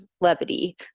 levity